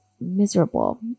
miserable